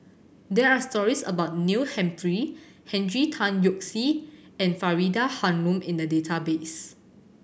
there are stories about Neil Humphrey Henry Tan Yoke See and Faridah Hanum in the database